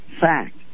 fact